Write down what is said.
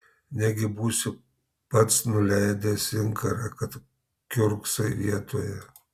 negi būsi pats nuleidęs inkarą kad kiurksai vietoje